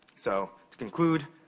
so, to conclude,